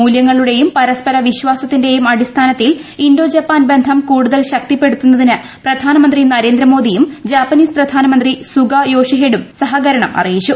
മൂലൃങ്ങളുടെയും പരസ്പര വിശ്വാസത്തിന്റെയും അടിസ്ഥാനത്തിൽ ഇന്തോ ജപ്പാൻ ബന്ധം കൂടുതൽ ശക്തിപ്പെടുത്തുന്നതിന് പ്രധാനമന്ത്രി നരേന്ദ്ര മോദിയും ജാപ്പനീസ് പ്രധാനമന്ത്രി സുഗ യോഷിഹൈഡും സഹകരണം അറിയിച്ചു